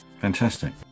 Fantastic